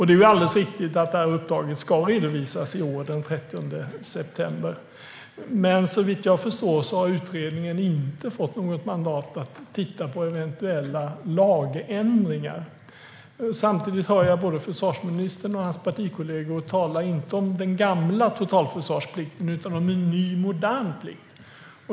Det är alldeles riktigt att uppdraget ska redovisas den 30 september i år, men såvitt jag förstår har utredningen inte fått något mandat att titta på eventuella lagändringar. Samtidigt hör jag både försvarsministern och hans partikollegor tala inte om den gamla totalförsvarsplikten utan om en ny modern plikt.